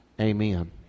Amen